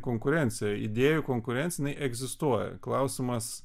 konkurencija idėjų konkurencijajinai egzistuoja klausimas